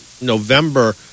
November